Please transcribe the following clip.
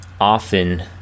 often